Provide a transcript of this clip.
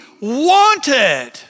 wanted